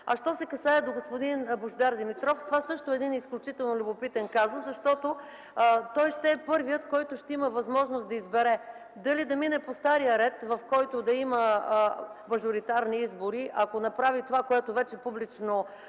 Що се касае до господин Божидар Димитров – това също е изключително любопитен казус, защото той ще е първият, който ще има възможност да избере дали да мине по стария ред, в който да има мажоритарни избори. Ако направи това, което вече обяви